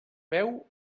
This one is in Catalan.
veu